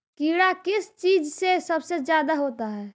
कीड़ा किस चीज से सबसे ज्यादा होता है?